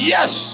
Yes